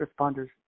responders